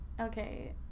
okay